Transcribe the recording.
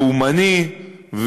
לאומני,